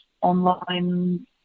online